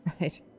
right